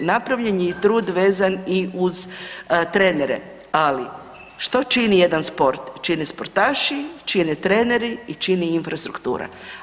I napravljen je i trud vezan i uz trenere, ali što čini jedan sport, čine sportaši, čine treneri i čini infrastruktura.